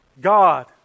God